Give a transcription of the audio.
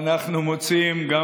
אז אנחנו מוצאים גם